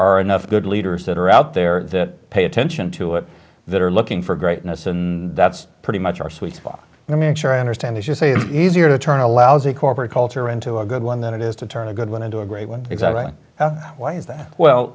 are enough good leaders that are out there that pay attention to it that are looking for greatness and that's pretty much our sweet spot and i mean sure i understand as you say it's easier to turn a lousy corporate culture into a good one than it is to turn a good went into a great one because i have why is that well